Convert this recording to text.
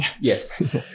yes